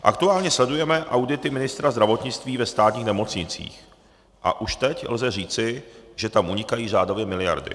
Aktuálně sledujeme audity ministra zdravotnictví ve státních nemocnicích a už teď lze říci, že tam unikají řádově miliardy.